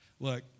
Look